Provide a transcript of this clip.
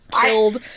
killed